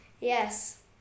Yes